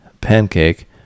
pancake